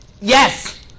Yes